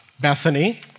Bethany